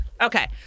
Okay